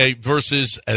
versus